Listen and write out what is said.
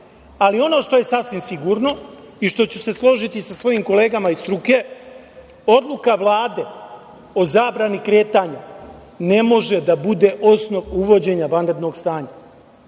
Ali, ono što sasvim sigurno i što ću se složiti sa svojim kolegama iz struke, odluka Vlade o zabrani kretanja ne može da bude osnov uvođenja vanrednog stanja,